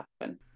happen